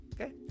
Okay